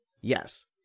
Yes